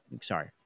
sorry –